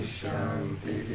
Shanti